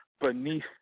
beneath